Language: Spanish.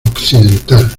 occidental